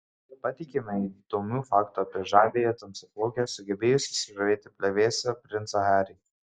pateikiame įdomių faktų apie žaviąją tamsiaplaukę sugebėjusią sužavėti plevėsą princą harry